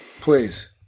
Please